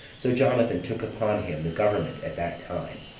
so jonathan took upon him the government at that time,